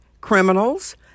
criminals